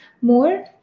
more